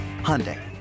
Hyundai